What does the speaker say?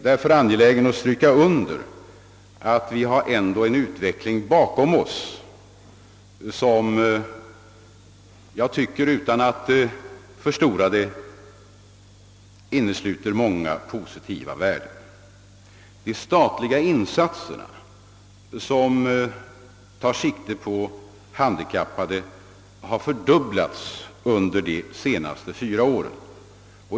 Därför vill jag påpeka att vi har en utveckling bakom oss som innesluter många positiva värden och betydelsefulla framsteg. De statliga insatserna, som tar sikte på handikappade, har fördubblats under de senaste fyra åren.